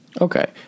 Okay